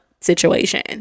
situation